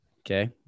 okay